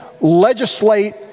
legislate